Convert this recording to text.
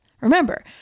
remember